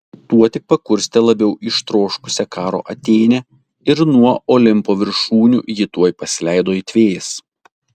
tuo tik pakurstė labiau ištroškusią karo atėnę ir nuo olimpo viršūnių ji tuoj pasileido it vėjas